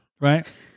right